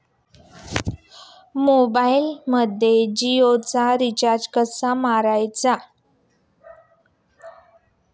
मोबाइलमध्ये जियोचे रिचार्ज कसे मारायचे?